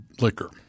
liquor